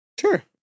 Sure